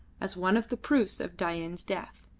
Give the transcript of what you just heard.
as one of the proofs of dain's death,